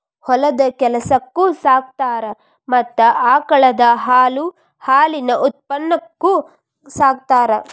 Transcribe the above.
ಹೊಲದ ಕೆಲಸಕ್ಕು ಸಾಕತಾರ ಮತ್ತ ಆಕಳದ ಹಾಲು ಹಾಲಿನ ಉತ್ಪನ್ನಕ್ಕು ಸಾಕತಾರ